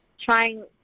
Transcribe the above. trying